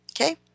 Okay